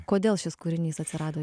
kodėl šis kūrinys atsirado